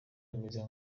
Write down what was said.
ameze